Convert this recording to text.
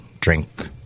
drink